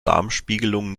darmspiegelung